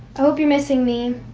hope you're missing me.